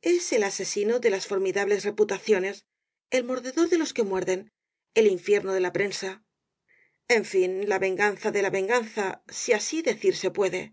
es el asesino de las formidables reputaciones el mordedor de los que muerden el infierno de la prensa en fin la venganza de la venganza si así decirse puede